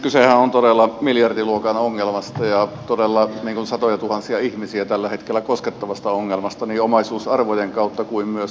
kysehän on todella miljardiluokan ongelmasta ja todella satojatuhansia ihmisiä tällä hetkellä koskettavasta ongelmasta niin omaisuusarvojen kautta kuin myös terveyden kautta